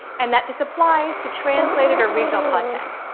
and that this applies to translated or regional content.